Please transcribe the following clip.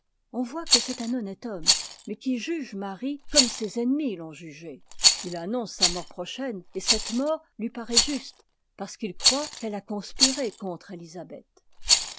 on voit que c'est un honnête homme mais qui juge marie comme ses ennemis l'ont jugée il annonce sa mort prochaine et cette mort lui paraît juste parce qu'il croit qu'elle a conspiré contre élisabeth